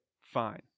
fine